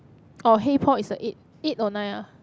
or hey Paul is a eight eight or nine ah